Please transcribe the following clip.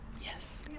yes